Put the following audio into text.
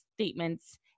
statements